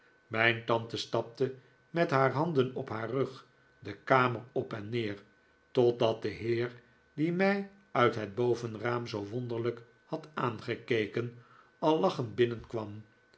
mijn tante stapte met haar handen op haar rug de kamer op en neer totdat de heer die mij uit het bovenraam zoo wonderlijk had aangekeken al lachend